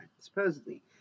supposedly